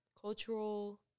cultural